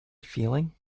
feeling